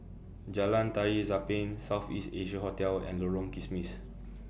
Jalan Tari Zapin South East Asia Hotel and Lorong Kismis